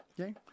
okay